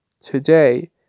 today